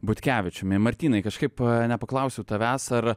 butkevičiumi martynai kažkaip nepaklausiau tavęs ar